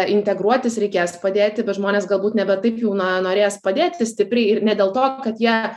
integruotis reikės padėti bet žmonės galbūt nebe taip jau na norės padėti stipriai ir ne dėl to kad jie